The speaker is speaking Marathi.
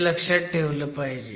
हे लक्षात ठेवलं पाहिजे